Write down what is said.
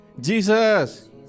Jesus